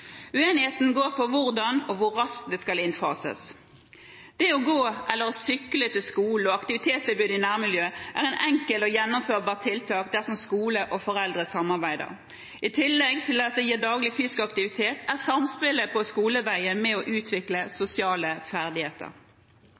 Uenigheten går på hvordan og hvor raskt det skal innfases. Det å gå eller sykle til skolen og aktivitetstilbud i nærmiljøet er enkle og gjennomførbare tiltak dersom skole og foreldre samarbeider. I tillegg til at det gir daglig fysisk aktivitet, er samspillet på skoleveien med og utvikler sosiale ferdigheter.